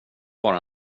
bara